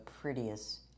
prettiest